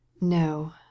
No